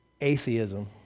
atheism